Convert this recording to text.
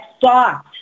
thought